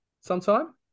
sometime